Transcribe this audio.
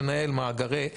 אנחנו הולכים לנהל מאגרים.